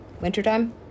wintertime